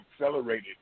accelerated